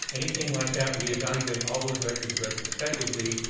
anything like that, we evaluate all those records retrospectively,